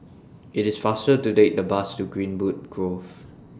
IT IS faster to Take The Bus to Greenwood Grove